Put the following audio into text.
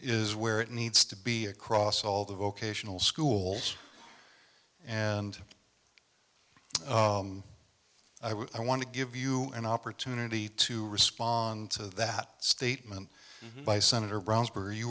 is where it needs to be across all the vocational schools and i want to give you an opportunity to respond to that statement by senator rou